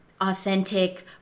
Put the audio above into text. authentic